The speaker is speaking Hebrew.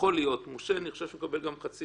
אני חושב שהוא מקבל גם חצי